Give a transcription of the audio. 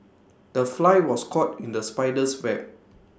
the fly was caught in the spider's web